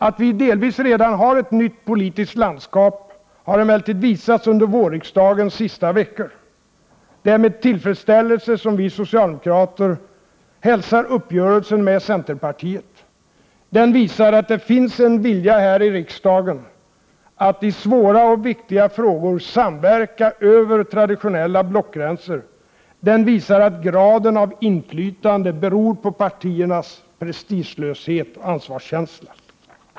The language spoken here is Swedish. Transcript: Att vi delvis redan har ett nytt politiskt landskap har emellertid visats under vårriksdagens sista veckor. Det är med tillfredsställelse som vi socialdemokrater hälsar uppgörelsen med centerpartiet. Den visar att det finns en vilja här i riksdagen att i svåra och viktiga frågor samverka över traditionella blockgränser. Den visar att graden av inflytande beror på partiernas prestigelöshet och ansvarskänsla.